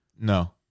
No